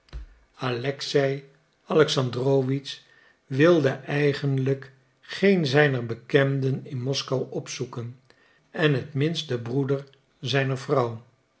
alexei alexandrowitsch wilde eigenlijk geen zijner bekenden in moskou opzoeken en het minst den broeder zijner vrouw